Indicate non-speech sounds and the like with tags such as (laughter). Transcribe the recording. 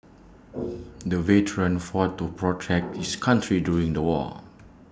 (noise) the veteran fought to protect (noise) his country during the war